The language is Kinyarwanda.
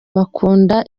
bakunda